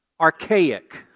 archaic